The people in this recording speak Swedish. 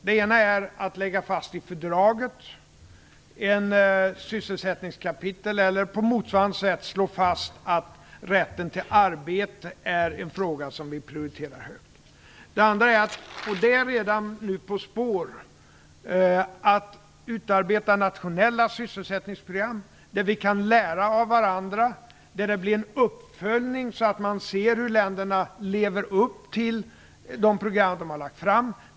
Den ena är att i fördraget lägga fast ett sysselsättningskapitel eller att på motsvarande sätt slå fast att rätten till arbete är en fråga som vi prioriterar högt. Den andra, som redan är på gång, är att utarbeta nationella sysselsättningsprogram där vi kan lära av varandra. Det skall ske en uppföljning så att man ser hur länderna lever upp till de program som de har lagt fram.